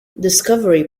discovery